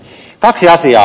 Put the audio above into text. kaksi asiaa